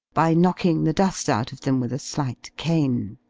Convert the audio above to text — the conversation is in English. by knocking the dust out of them with a slight cane